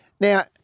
Now